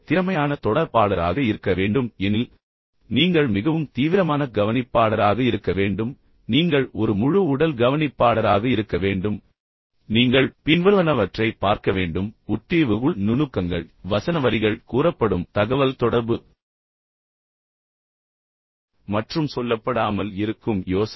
திறமையான தொடர்பாளராக இருக்க வேண்டும் எனில் வெளிப்படையாக நீங்கள் மிகவும் தீவிரமான கவனிப்பாளராக இருக்க வேண்டும் நீங்கள் ஒரு முழு உடல் கவனிப்பாளராக இருக்க வேண்டும் நீங்கள் பின்வருவனவற்றை பார்க்க வேண்டும் உட்பிரிவு உள் நுணுக்கங்கள் வசன வரிகள் கூறப்படும் தகவல்தொடர்பு மற்றும் சொல்லப்படாமல் இருக்கும் யோசனை